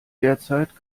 derzeit